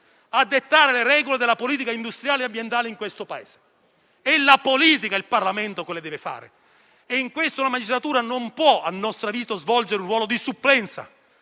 a dettare le regole della politica industriale e ambientale in questo Paese. È la politica e il Parlamento che lo debbono fare, e in questo la magistratura non può, a nostro avviso, svolgere un ruolo di supplenza